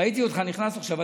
ראיתי אותך נכנס עכשיו.